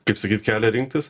kaip sakyt kelią rinktis